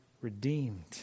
redeemed